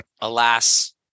alas